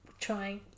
trying